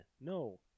No